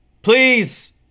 Please